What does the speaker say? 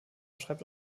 schreibt